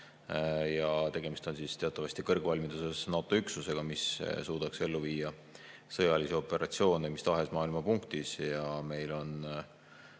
Tegemist on teatavasti kõrgvalmiduses NATO üksusega, mis suudaks ellu viia sõjalisi operatsioone mis tahes maailma punktis. NRF‑i